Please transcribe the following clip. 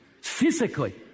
physically